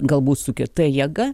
galbūt su kita jėga